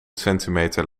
centimeter